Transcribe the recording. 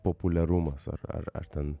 populiarumas ar ar ar ten